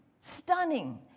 stunning